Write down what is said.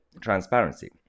transparency